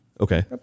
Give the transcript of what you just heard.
Okay